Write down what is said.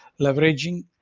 leveraging